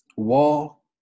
Wall